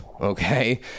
okay